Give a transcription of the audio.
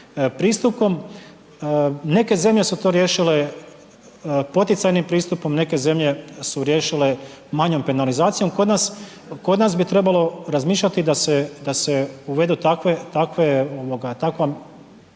pristupom. Neke zemlje su to riješile poticajnim pristupom, neke zemlje su riješile manjom penalizacijom, kod nas bi trebalo razmišljati da se uvedu takve, takva